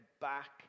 back